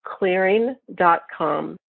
Clearing.com